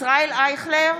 ישראל אייכלר,